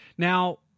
Now